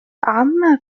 عمّا